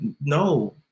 no